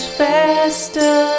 faster